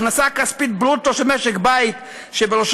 ההכנסה הכספית ברוטו של משק בית שבראשו